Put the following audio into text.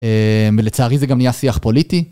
ולצערי זה גם נהיה שיח פוליטי.